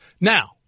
Now